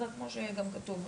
כמו שגם כתוב,